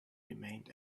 remained